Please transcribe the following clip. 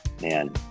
man